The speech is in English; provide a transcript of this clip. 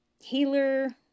healer